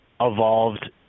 evolved